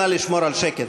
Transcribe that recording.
נא לשמור על שקט.